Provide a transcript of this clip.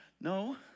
no